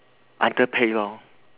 under pay lor